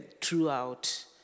throughout